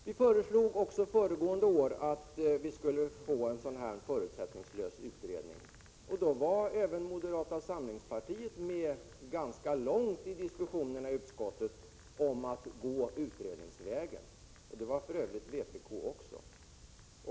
Vi föreslog även föregående år att en förutsättningslös utredning skulle tillsättas. Ganska länge under diskussionens gång i utskottet var moderata samlingspartiet med på att man skulle tillsätta en utredning. Det var för övrigt även vpk.